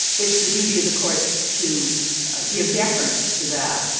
it's the duty of the courts to give deference to that,